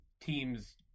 teams